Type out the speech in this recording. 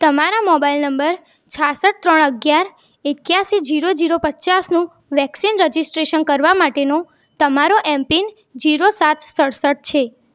તમારા mobile number છાસઠ ત્રણ અગિયાર એક્યાશી જીરો જીરો પચાસનું વેક્સિન રજિસ્ટ્રેશન કરવા માટેનો તમારો એમપિન જીરો સાત સડસઠ છે